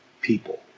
people